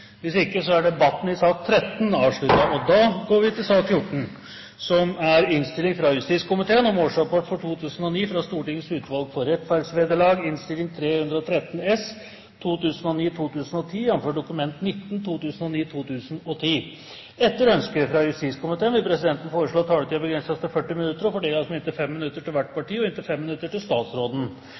Hvis ikke er debatten i sak nr. 13 avsluttet. Etter ønske fra justiskomiteen vil presidenten foreslå at taletiden begrenses til 40 minutter og fordeles med inntil 5 minutter til hvert parti og inntil 5 minutter til statsråden.